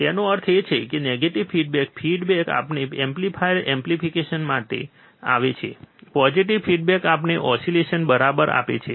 તેનો અર્થ એ કે નેગેટિવ ફિડબેક ફિલ્ડ આપણને એમ્પ્લીફાયર ઈમ્પ્લીકેશન આપે છે પોઝીટીવ ફિડબેક આપણને ઓસિલેશન બરાબર આપે છે